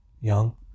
young